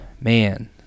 Man